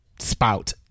spout